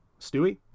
Stewie